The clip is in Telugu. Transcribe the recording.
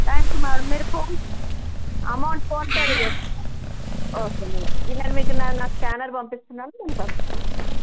థ్యాంక్ యూ మేడం మీరు ఫోన్ అమౌంట్ ఫోన్పేలో చేస్తారా ఓకే మేడం ఇలాను మీకు నా నా స్కానర్ పంపిస్తున్నాను మీరు పంపించేసేయండి